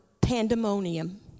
pandemonium